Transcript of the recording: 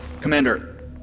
Commander